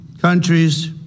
countries